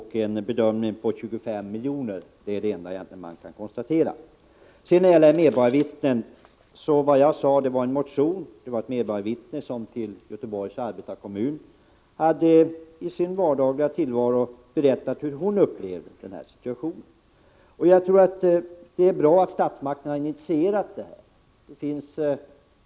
Det enda vi kan konstatera är att man har bedömt besparingarna till 25 milj.kr. Det jag sade om medborgarvittnen var att ett medborgarvittne i en motion till Göteborgs arbetarkommun hade berättat hur hon upplevde sin vardagliga tillvaro. Jag tror att det är bra att statsmakterna har initierat systemet med medborgarvittnen.